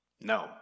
No